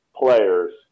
players